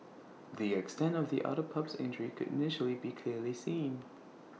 the extent of the otter pup's injury could initially be clearly seen